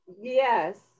Yes